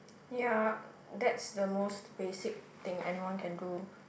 ya that's the most basic thing anyone can do